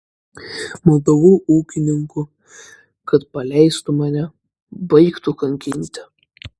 maldavau ūkininkų kad paleistų mane baigtų kankinti